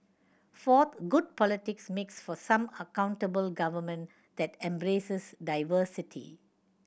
fourth good politics makes for some accountable government that embraces diversity